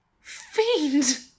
Fiend